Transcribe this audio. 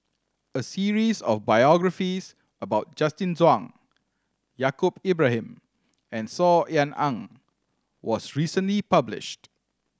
a series of biographies about Justin Zhuang Yaacob Ibrahim and Saw Ean Ang was recently published